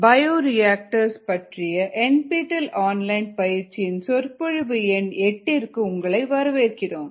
bioreactors பற்றிய NPTEL online பயிற்சியின் சொற்பொழிவு எண் 8க்கு உங்களை வரவேற்கிறோம்